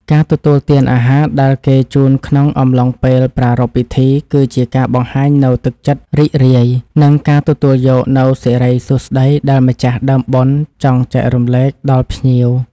ការទទួលទានអាហារដែលគេជូនក្នុងអំឡុងពេលប្រារព្ធពិធី គឺជាការបង្ហាញនូវទឹកចិត្តរីករាយ និងការទទួលយកនូវសិរីសួស្តីដែលម្ចាស់ដើមបុណ្យចង់ចែករំលែកដល់ភ្ញៀវ។